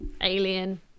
Alien